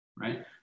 right